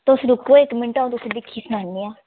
तुस रुको इक मिंट्ट अं'ऊ तुस्सें दिक्खियै सनानी आं